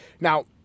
Now